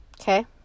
Okay